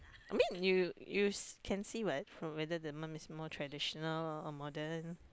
I mean you you can see what from whether the mum is more traditional or modern